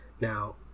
Now